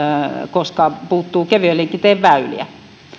koska puuttuu kevyen liikenteen väyliä